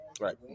Right